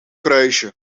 kruisje